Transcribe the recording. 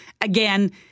again